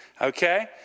okay